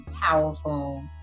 powerful